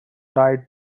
tight